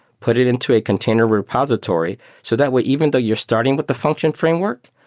put it into a container repository so that way even though you're starting with the function framework,